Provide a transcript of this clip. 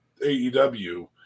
AEW